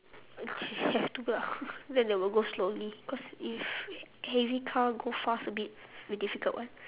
have to lah then they will go slowly because if heavy car go fast a bit will be difficult [what]